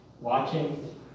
watching